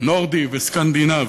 נורדי וסקנדינבי.